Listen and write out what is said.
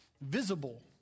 visible